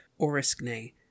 oriskne